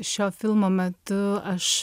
šio filmo metu aš